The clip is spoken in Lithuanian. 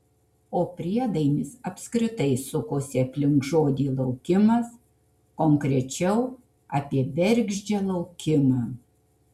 o priedainis apskritai sukosi aplink žodį laukimas konkrečiau apie bergždžią laukimą